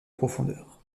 profondeur